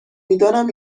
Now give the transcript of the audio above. میدانم